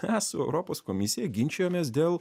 mes su europos komisija ginčijomės dėl